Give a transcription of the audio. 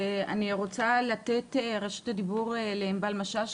אני רוצה לתת את רשות הדיבור לענבל משש,